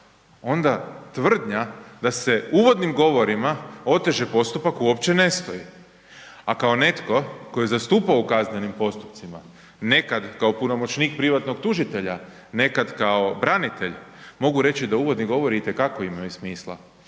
onda tvrdnja da se uvodnim govorima oteže postupak, uopće ne stoji. A kao netko tko je zastupao u kaznenim postupcima, nekad kao punomoćnik privatnog tužitelja, nekad kao branitelj, mogu reći da uvodni govori itekako imaju smisla.